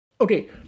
okay